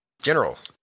generals